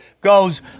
goes